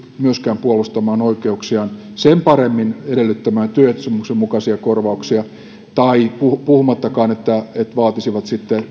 myöskään puolustamaan oikeuksiaan sen paremmin edellyttämään työehtosopimuksen mukaisia korvauksia puhumattakaan siitä että vaatisivat